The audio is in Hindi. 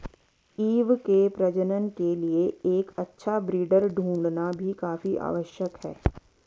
ईव के प्रजनन के लिए एक अच्छा ब्रीडर ढूंढ़ना भी काफी आवश्यक है